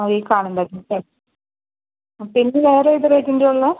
ആ ഈ കാണുന്നത് അല്ലേ ആ പിന്നെ വേറെ ഏത് റേറ്റിൻ്റെയാണ് ഉള്ളത്